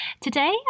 Today